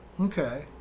Okay